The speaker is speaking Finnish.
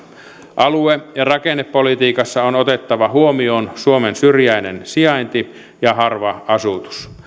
alue ja rakennepolitiikassa on otettava huomioon suomen syrjäinen sijainti ja harva asutus